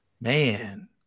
Man